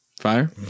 Fire